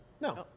No